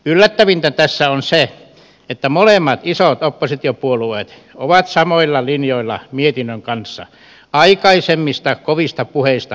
yllättävintä tässä on se että molemmat isot oppositiopuolueet ovat samoilla linjoilla mietinnön kanssa aikaisemmista kovista puheista huolimatta